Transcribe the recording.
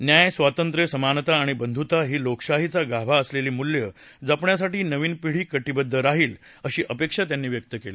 न्यायस्वातंत्र्यसमानता आणि बंधुता ही लोकशाहीचा गाभा असलेली मूल्ये जपण्यासाठी नवीन पिढी कटिबद्ध राहील अशी अपेक्षा त्यांनी व्यक्त केली